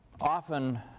often